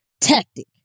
tactic